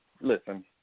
listen